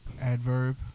Adverb